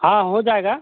हाँ हो जाएगा